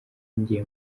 ngiye